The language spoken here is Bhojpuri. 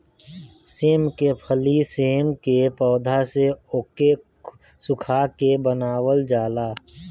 सेम के फली सेम के पौध से ओके सुखा के बनावल जाला